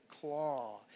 claw